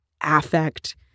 affect